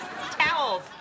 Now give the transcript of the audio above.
Towels